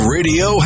Radio